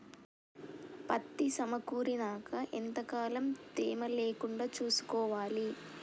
పత్తి సమకూరినాక ఎంత కాలం తేమ లేకుండా చూసుకోవాలి?